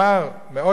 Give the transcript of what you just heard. מאות שנים אחר כך,